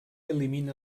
elimina